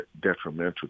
detrimental